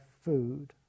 food